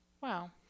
Wow